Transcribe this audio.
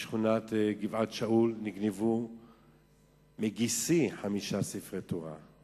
בשכונת גבעת-שאול נגנבו מגיסי חמישה ספרי תורה.